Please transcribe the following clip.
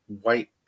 white